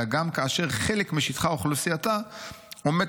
אלא גם כאשר חלק משטחה או מאוכלוסייתה עומד